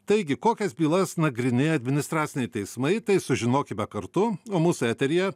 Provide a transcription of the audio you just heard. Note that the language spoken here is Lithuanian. taigi kokias bylas nagrinėja administraciniai teismai tai sužinokime kartu o mūsų eteryje